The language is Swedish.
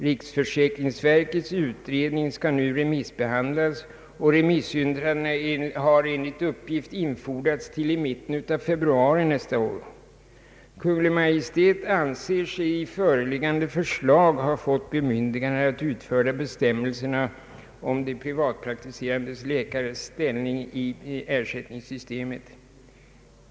Riksförsäkringsverkets utredning skall nu remissbehandlas, och remissyttrandena har enligt uppgift infordrats till i mitten av februari nästa år. Kungl. Maj:t anser sig i föreliggande förslag ha fått bemyndigande att utfärda bestämmelser om de privatpraktiserande läkarnas ställning i ersättningssystemet.